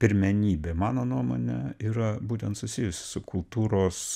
pirmenybė mano nuomone yra būtent susijusi su kultūros